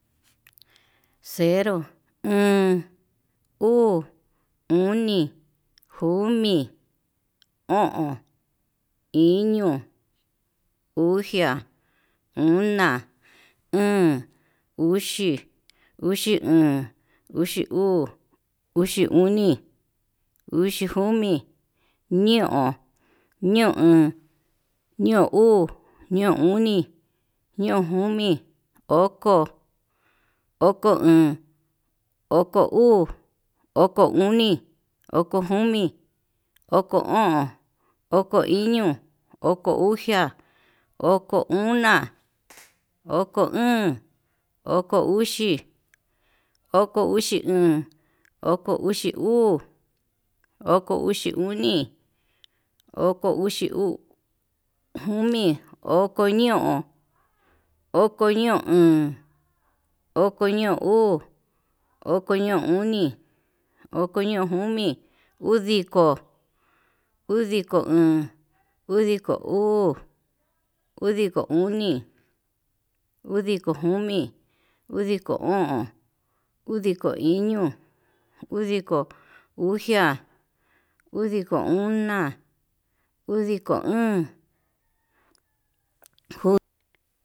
Cero oon, uu, oni, jomi, o'on, iño, oxia, ona, óón, uxi, uxi oon, oxi uu, oxi oni, oxi jomi, ñeon, ñeon oon, ñeon uu, ñeon oni, ñeon komi, oko, oko oon, oko uu, oko oni, oko jomi, oko o'on, oko iño, oko uxia, oko ona, oko óón oko uxi, oko uxi oon, oko uxi uu, oko uxi oni, oko uxi uu jomi, oko ñeon, oko ñeon oon, oko ñeon uu, oko ñeon oni, oko ñeon jomi, udiko, udiko oon, udiko uu, udiko oni, udiko jomi, udiko o'on, udiko iño, udiko uxea udiko una, udiko o'on, ju.